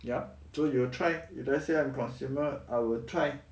yup so you will try if let's say I'm a consumer I will try and I try already